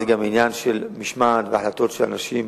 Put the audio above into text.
זה גם עניין של משמעת והחלטות של אנשים,